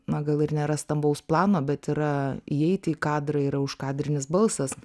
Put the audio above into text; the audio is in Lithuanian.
na gal ir nėra stambaus plano bet yra įeiti į kadrą yra užkadrinis balsas